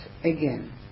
again